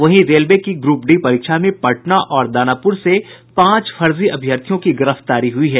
वहीं रेलवे की group D परीक्षा में पटना और दानापुर से पांच फर्जी अभ्यर्थियों की गिरफ्तारी हुई है